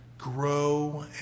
Grow